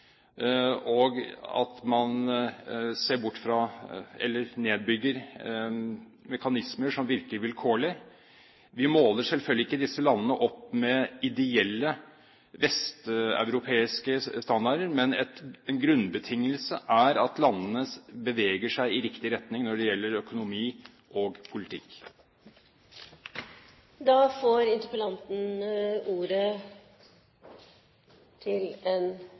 og at man ser bort fra eller nedbygger mekanismer som virker vilkårlig. Vi måler selvfølgelig ikke disse landene opp mot ideelle vesteuropeiske standarder, men en grunnbetingelse er at landene beveger seg i riktig retning når det gjelder økonomi og politikk. Jeg vil først benytte anledningen til å takke for debatten. Imidlertid må jeg registrere med en